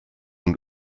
und